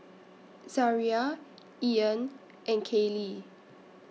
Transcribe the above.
Zariah Ean and Kaylie